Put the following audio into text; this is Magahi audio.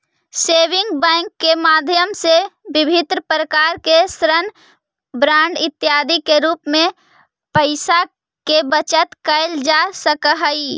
सेविंग बैंक के माध्यम से विभिन्न प्रकार के ऋण बांड इत्यादि के रूप में पैइसा के बचत कैल जा सकऽ हइ